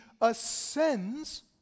ascends